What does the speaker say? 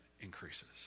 increases